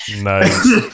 Nice